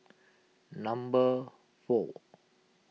number four